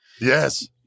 Yes